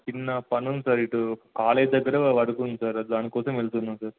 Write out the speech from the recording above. చిన్న పని ఉంది సార్ ఇటు కాలేజ్ దగ్గర పడుతుంది సార్ అది దానికోసం వెళ్తున్నాను సార్